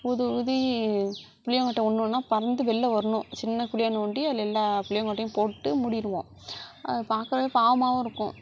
ஊதி ஊதி புளியங்கொட்டை ஒன்று ஒன்றாக பறந்து வெளில வரணும் சின்ன குழியாக நோண்டி அதில் எல்லா புளியங்கொட்டையும் போட்டு மூடிடுவோம் அதை பார்க்கவே பாவமாகவும் இருக்கும்